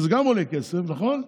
זה גם עולה כסף, נכון?